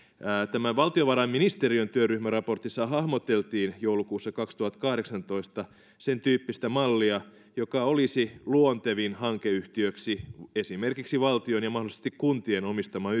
valtiovarainministeriön työryhmäraportissa hahmoteltiin joulukuussa kaksituhattakahdeksantoista sentyyppistä mallia joka olisi luontevin hankeyhtiöksi esimerkiksi valtion ja mahdollisesti kuntien omistamaa